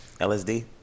LSD